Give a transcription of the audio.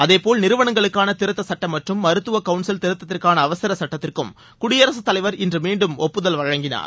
அதேபோல் நிறுவனங்களுக்கான திருத்த சட்டம் மற்றும் மருத்துவ கவுன்சில் திருத்தத்திற்கான அவசர சுட்டத்திற்கும் குடியரசுத்தலைவர் இன்று மீண்டும் ஒப்புதல் வழங்கினார்